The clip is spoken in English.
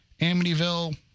Amityville